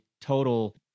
total